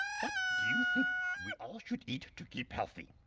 what do you think we all should eat to keep healthy?